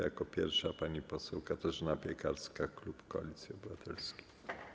Jako pierwsza pani poseł Katarzyna Piekarska, klub Koalicji Obywatelskiej.